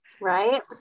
right